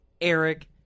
Eric